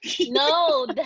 no